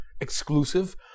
exclusive